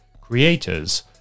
creators